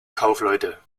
kaufleute